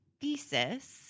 thesis